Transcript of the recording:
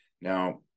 Now